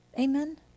Amen